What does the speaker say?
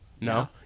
No